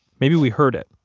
maybe we heard it,